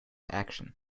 action